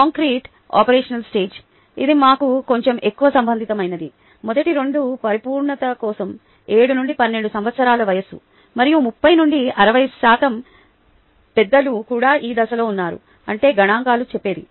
concrete operational stage ఇది మాకు కొంచెం ఎక్కువ సంబంధితమైనది మొదటి రెండు పరిపూర్ణత కోసం 7 నుండి 12 సంవత్సరాల వయస్సు మరియు 30 నుండి 60 శాతం పెద్దలు కూడా ఈ దశలో ఉన్నారు అంటే గణాంకాలు చెప్పేది